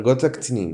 דרגות קצינים